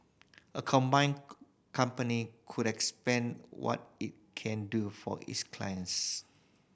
a combined company would expand what it can do for its clients